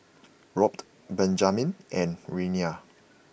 Robt Benjamen and Reyna